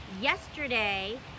yesterday